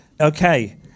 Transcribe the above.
Okay